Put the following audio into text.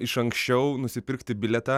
iš anksčiau nusipirkti bilietą